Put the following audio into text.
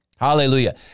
Hallelujah